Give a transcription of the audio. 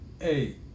Hey